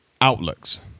outlooks